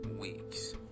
weeks